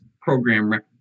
program